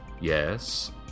Yes